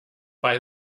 bei